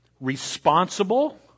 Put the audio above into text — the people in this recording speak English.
responsible